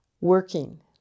working